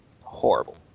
horrible